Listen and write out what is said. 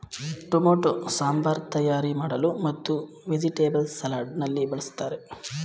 tomato sambar ತಯಾರಿ ಮಾಡಲು ಮತ್ತು ವೆಜಿಟೇಬಲ್ಸ್ ಸಲಾಡ್ ನಲ್ಲಿ ಬಳ್ಸತ್ತರೆ